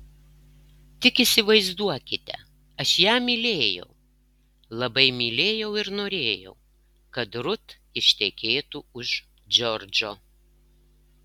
tik įsivaizduokite aš ją mylėjau labai mylėjau ir norėjau kad rut ištekėtų už džordžo